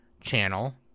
channel